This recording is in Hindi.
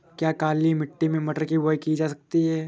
क्या काली मिट्टी में मटर की बुआई की जा सकती है?